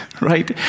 right